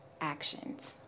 actions